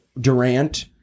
Durant